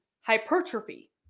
hypertrophy